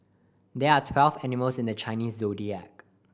there are twelve animals in the Chinese Zodiac